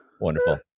Wonderful